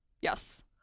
Yes